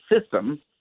system